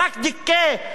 רק דיכא,